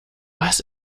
was